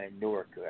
Newark